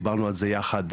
דיברנו על זה יחד,